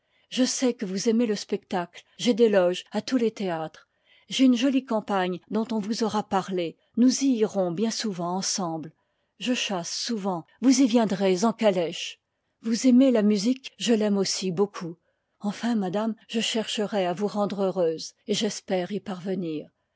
je sais que vous aimez le spectacle j'ai des loges à tons liv ihéâties j'ai une jolie campagne dont on vous aura parlé nous y irons bien souvent ensemble je chasse souvent vous y viendrez en calèche vous aimez la musique je l'aime aussi beaucoup enfin madame je chercherai à vous rendre heureuse et j'espère y parvenir